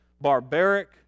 barbaric